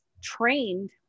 trained